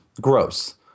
gross